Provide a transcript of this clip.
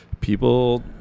people